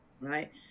Right